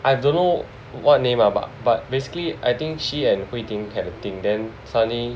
I don't know what name ah but but basically I think she and Hui Ting had a thing then suddenly